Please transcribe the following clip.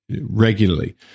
regularly